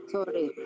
Sorry